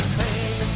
pain